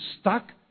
stuck